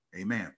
Amen